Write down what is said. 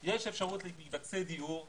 יש אפשרות למקבצי דיור,